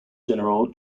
general